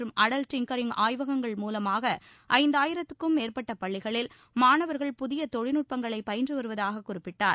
மற்றும் அடல் டிங்கரிங் ஆய்வகங்கள் மூலமாக ஐந்தாயிரத்திற்கும் மேற்பட்ட பள்ளிகளில் மாணவர்கள் புதிய தொழில்நுட்பங்களை பயின்று வருவதாக குறிப்பிட்டார்